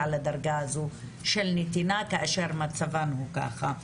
לדרגה הזו של נתינה כאשר מצבן הוא ככה,